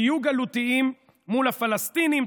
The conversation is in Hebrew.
תהיו גלותיים מול הפלסטינים,